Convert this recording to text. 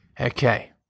Okay